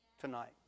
tonight